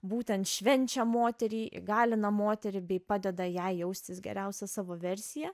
būtent švenčia moterį įgalina moterį bei padeda ją jaustis geriausia savo versija